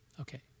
Okay